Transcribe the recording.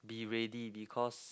be ready because